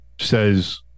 says